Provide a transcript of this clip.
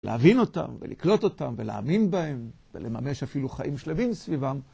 להבין אותם, ולקלוט אותם, ולהאמין בהם, ולממש אפילו חיים שלוים סביבם.